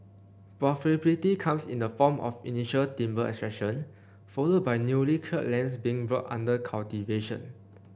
profitability comes in the form of initial timber extraction followed by newly cleared lands being brought under cultivation